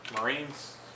Marines